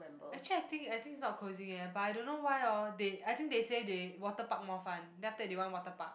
actually I think I think it's not closing eh but I don't know why hor they I think they say they water park more fun then after that they want water park